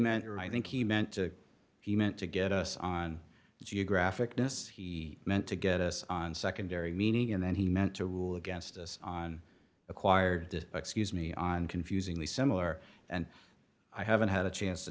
meant or i think he meant to he meant to get us on geographic this he meant to get us on secondary meaning and then he meant to rule against us on acquired excuse me on confusingly similar and i haven't had a chance to